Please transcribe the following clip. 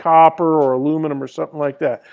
copper or aluminum or something like that.